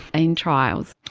in trials.